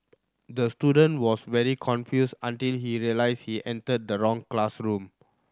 the student was very confused until he realised he entered the wrong classroom